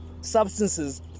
substances